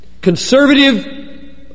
Conservative